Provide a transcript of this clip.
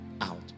out